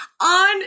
on